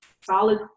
solid